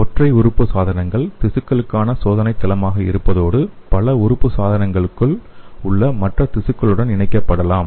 ஒற்றை உறுப்பு சாதனங்கள் திசுக்களுக்கான சோதனைத் தளமாக இருப்பதோடு பல உறுப்பு சாதனங்களுக்குள் உள்ள மற்ற திசுக்களுடன் இணைக்கப்படலாம்